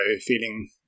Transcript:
feeling